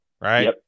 right